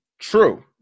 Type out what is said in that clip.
true